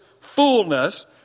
fullness